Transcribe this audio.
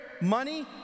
money